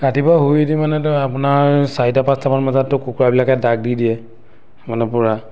ৰাতিপুৱা শুই উঠি মানেতো আপোনাৰ চাৰিটা পাঁচটামান বজাততো কুকুৰাবিলাকে ডাক দি দিয়ে মানে পূৰা